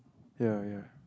ya ya